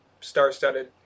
star-studded